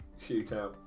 shootout